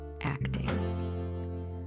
acting